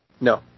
No